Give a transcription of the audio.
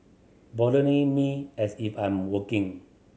bothering me as if I'm working